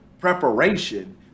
preparation